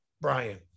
Brian